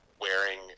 wearing